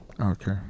Okay